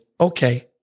okay